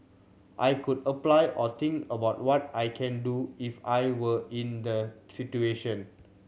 I could apply or think about what I can do if I were in the situation